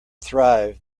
thrive